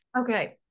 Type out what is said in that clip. Okay